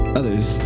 others